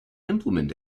implement